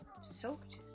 soaked